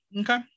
okay